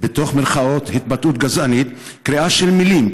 'התבטאות גזענית' קריאה של מילים,